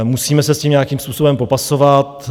Musíme se s tím nějakým způsobem popasovat.